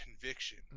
conviction